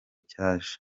cyaje